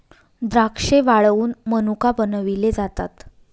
द्राक्षे वाळवुन मनुका बनविले जातात